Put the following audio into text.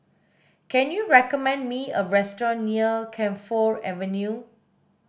can you recommend me a restaurant near Camphor Avenue